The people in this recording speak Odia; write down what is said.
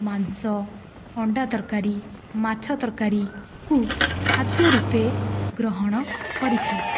ମାଂସ ଅଣ୍ଡା ତରକାରୀ ମାଛ ତରକାରୀକୁ ଖାଦ୍ୟ ରୂପେ ଗ୍ରହଣ କରିଥାନ୍ତି